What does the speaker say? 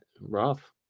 rough